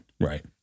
Right